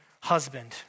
husband